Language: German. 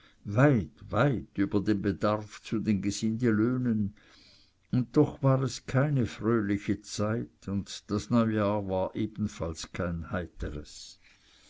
weit weit über den bedarf zu den gesindelöhnen und doch war es keine fröhliche zeit und das neujahr war ebenfalls kein heiteres